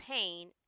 pain